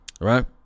Right